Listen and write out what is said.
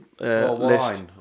list